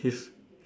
he's